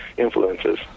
influences